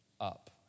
up